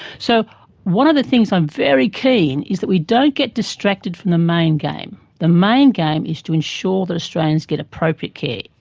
so one of the things i'm very keen on is that we don't get distracted from the main game. the main game is to ensure that australians get appropriate care.